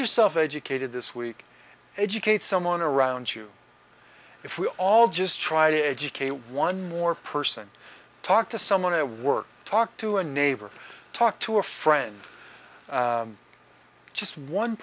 yourself educated this week educate someone around you if we all just try to educate one more person talk to someone to work talk to a neighbor talk to a friend just one